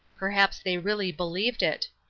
perhaps they really believed it.